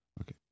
Okay